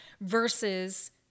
versus